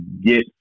get